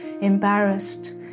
embarrassed